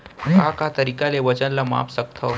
का का तरीक़ा ले वजन ला माप सकथो?